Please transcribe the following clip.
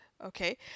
Okay